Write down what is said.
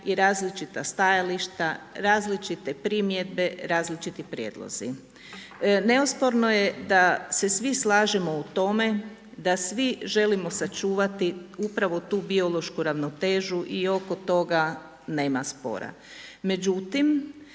i različita stajališta, različite primjedbe, različiti prijedlozi. Neosporno je da se svi slažemo u tome da svi želimo sačuvati upravo tu biološku ravnotežu i oko toga nema spora.